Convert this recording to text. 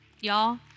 Y'all